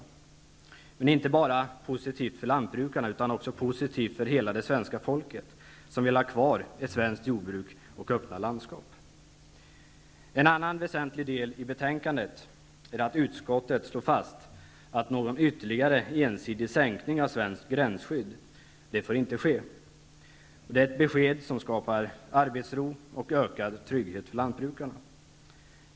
Men det är inte bara positivt för lantbrukarna utan även för hela det svenska folket som vill ha kvar ett svenskt jordbruk och öppna landskap. En annan väsentlig del i betänkandet är att utskottet slår fast att någon ytterligare ensidig sänkning av svenskt gränsskydd inte får ske. Det är ett besked som skapar arbetsro och ökad trygghet för lantbrukarna.